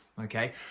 Okay